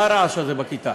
מה הרעש הזה בכיתה?